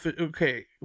Okay